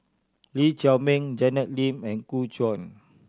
Lee Chiaw Meng Janet Lim and Gu Juan